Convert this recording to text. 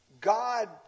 God